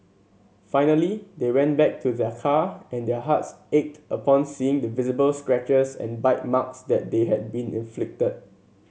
finally they went back to their car and their hearts ached upon seeing the visible scratches and bite marks that had been inflicted